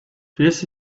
this